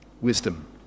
wisdom